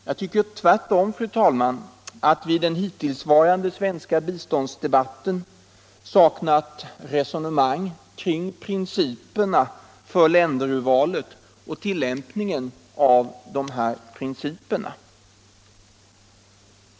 Jag tycker, fru talman, att vi tvärtom i hittillsvarande svenska biståndsdebatter saknat resonemang kring principerna för länderurvalet.